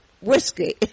whiskey